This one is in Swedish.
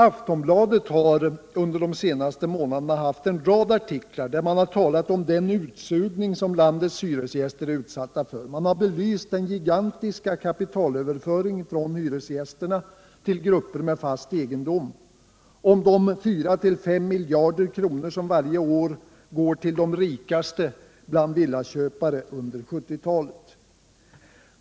Aftonbladet har under de senaste månaderna haft en rad artiklar där man talat om den utsugning som landets hyresgäster är utsatta för. Man har belyst den gigantiska kapitalöverföringen från hyresgästerna till grupper med fast egendom, de 4 å 5 miljarder kronor som varje år under 1970-talet har gått till de rikaste bland villaköpare.